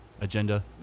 agenda